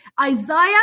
Isaiah